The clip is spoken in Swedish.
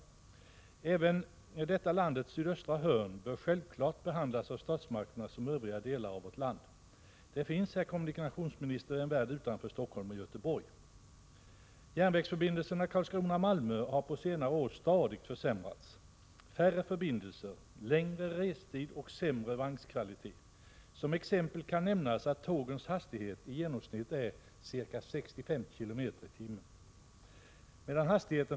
Självfallet bör även detta landets sydöstra hörn behandlas av statsmakterna som övriga delar av vårt land. Det finns, herr kommunikationsminister, en värld utanför Stockholm och Göteborg. Järnvägsförbindelserna Karlskrona-Malmö har på senare år stadigt försämrats: färre förbindelser, längre restider och sämre vagnskvalitet. Som exempel kan nämnas att tågens hastighet i genomsnitt nu är 65 km/tim.